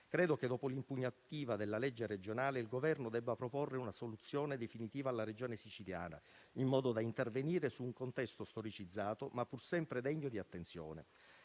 Credo che dopo l’impugnativa della legge regionale il Governo dovrebbe proporre una soluzione definitiva alla Regione Siciliana, in modo da intervenire su un contesto storicizzato, ma pur sempre degno di attenzione.